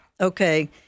okay